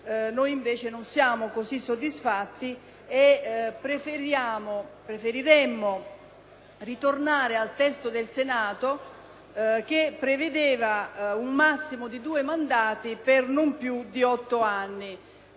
noi, invece, non siamo cosı soddisfatti e preferiremmo ritornare al testo del Senato che prevedeva un massimo di due mandati per non piudi otto anni.